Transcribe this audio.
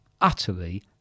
Utterly